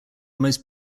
most